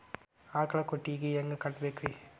ಆಕಳ ಕೊಟ್ಟಿಗಿ ಹ್ಯಾಂಗ್ ಕಟ್ಟಬೇಕ್ರಿ?